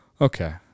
Okay